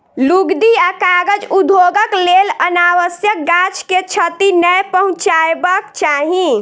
लुगदी आ कागज उद्योगक लेल अनावश्यक गाछ के क्षति नै पहुँचयबाक चाही